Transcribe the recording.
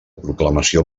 proclamació